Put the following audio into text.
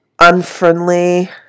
unfriendly